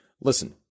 Listen